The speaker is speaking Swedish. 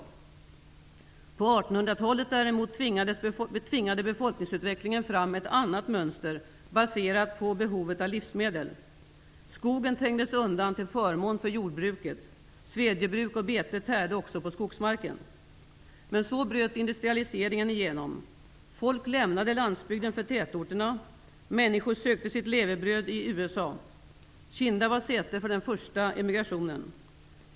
På 1800-talet däremot tvingade befolkningsutvecklingen fram ett annat mönster, baserat på behovet av livsmedel. Svedjebruk och bete tärde också på skogsmarken. Men så bröt industrialiseringen igenom. Folk lämnade landsbygden för tätorterna. Människor sökte sitt levebröd i USA. Kinda var säte för den första emigrationen.